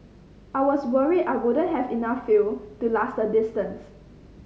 I was worried I wouldn't have enough fuel to last the distance